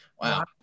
Wow